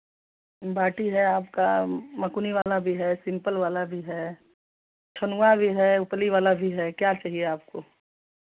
बाटी है आपका मकुनी वाला भी है सिंपल वाला भी है छनुआ भी है उपली वाला भी है क्या चाहिए आपको